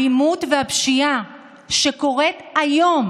האלימות והפשיעה שקורות היום